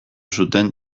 zuten